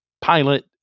pilot